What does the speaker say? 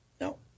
No